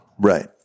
Right